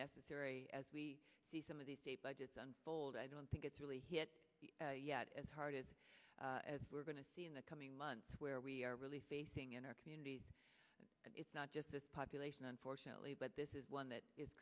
necessary as we see some of these state budgets unfold i don't think it's really hit yet as hard as we're going to see in the coming months where we are really facing in our communities and it's not just the population unfortunately but this is one that is